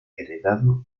heredado